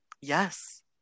Yes